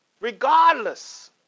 regardless